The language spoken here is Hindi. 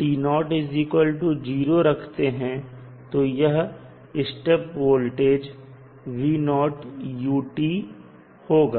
0 रखते हैं तो यह स्टेप वोल्टेज होगा